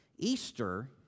Easter